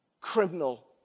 criminal